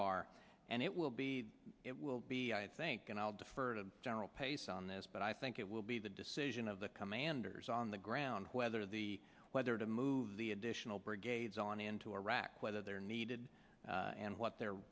barr and it will be it will be i think and i'll defer to general pace on this but i think it will be the decision of the commanders on the ground whether the whether to move the additional brigades on into iraq whether they are needed and what their